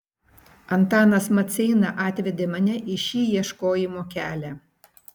antanas maceina atvedė mane į šį ieškojimo kelią